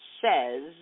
says